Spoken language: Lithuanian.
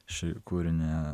šį kūrinį